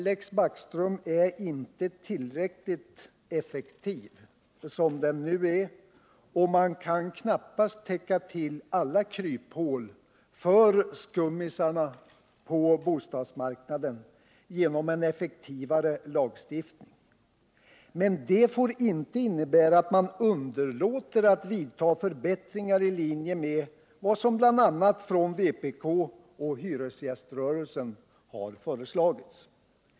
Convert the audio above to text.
Lex Backström är inte tillräckligt effektiv som den nu är, och man kan knappast täppa till alla kryphål för ”skummisarna” på bostadsmarknaden genom en effektivare lagstiftning. Men det får inte innebära att man underlåter att vidta förbättringar i linje med vad man bl.a. från vpk och hyresgäströrelsen har föreslagit.